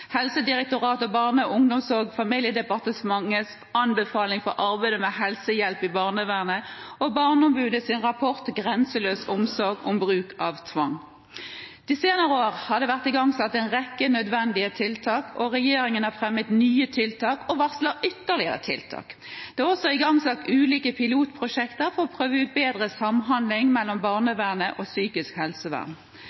Barne-, ungdoms- og familiedirektoratets anbefalinger fra arbeidet med helsehjelp til barn i barnevernet og Barneombudets rapport «Grenseløs omsorg», om bruk av tvang. De senere år har det vært igangsatt en rekke nødvendige tiltak, og regjeringen har fremmet nye tiltak og varsler ytterligere tiltak. Det er også igangsatt ulike pilotprosjekter for å prøve ut bedre samhandling mellom